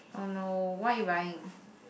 !oh no! what you buying